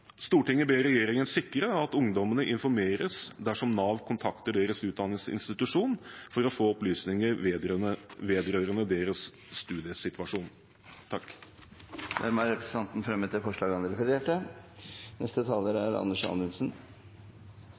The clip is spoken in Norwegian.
ber regjeringen sikre at ungdommene informeres dersom Nav kontakter deres utdanningsinstitusjon for å få opplysninger vedrørende deres studiesituasjon.» Representanten Geir Jørgen Bekkevold har tatt opp det forslaget han refererte.